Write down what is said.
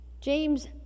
James